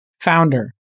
founder